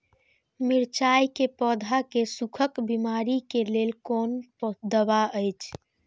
मिरचाई के पौधा के सुखक बिमारी के लेल कोन दवा अछि?